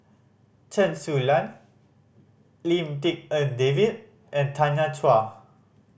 Chen Su Lan Lim Tik En David and Tanya Chua